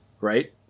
right